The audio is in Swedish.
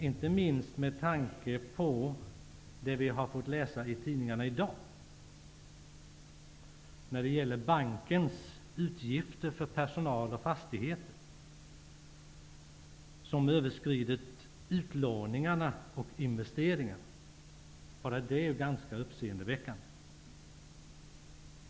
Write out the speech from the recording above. Det framgår inte minst av det vi har fått läsa i tidningarna i dag när det gäller bankens utgifter för personal och fastigheter, som överskridit utlåningarna och investeringarna. Bara det är ganska uppseendeväckande.